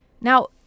Now